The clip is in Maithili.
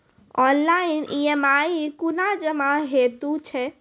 ऑनलाइन ई.एम.आई कूना जमा हेतु छै?